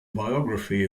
biography